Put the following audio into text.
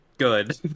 good